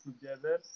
together